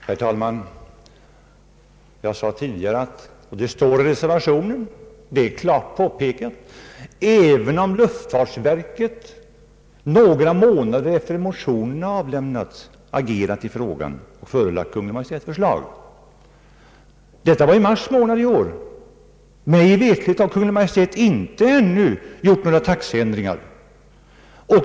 Herr talman! Jag sade tidigare, och det är klart påpekat i reservationen: »Även om luftfartsverket några måna der efter det motionerna avlämnats agerat i frågan och förelagt Kungl. Maj:t ändringsförslag ———.» Detta var i mars månad i år. Mig veterligt har Kungl. Maj:t ännu inte gjort några taxeändringar.